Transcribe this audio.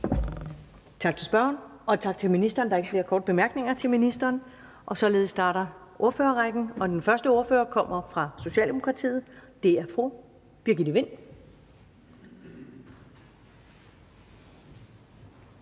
Tak til spørgeren, og tak til ministeren. Der er ikke flere korte bemærkninger til ministeren, og således starter ordførerrækken. Den første ordfører kommer fra Socialdemokratiet, og det er fru Birgitte Vind.